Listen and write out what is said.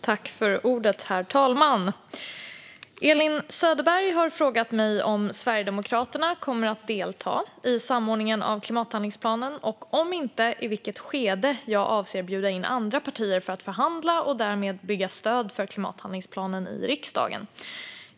Herr talman! Elin Söderberg har frågat mig om Sverigedemokraterna kommer att delta i samordningen av klimathandlingsplanen och, om inte, i vilket skede jag avser att bjuda in andra partier för att förhandla och därigenom bygga stöd för klimathandlingsplanen i riksdagen.